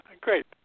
Great